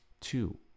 two